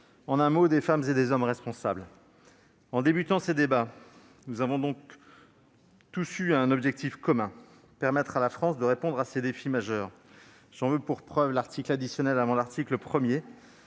en un mot des femmes et des hommes responsables. Nous avons commencé ces débats animés par un objectif commun : permettre à la France de répondre à ces défis majeurs. J'en veux pour preuve l'article additionnel avant l'article 1,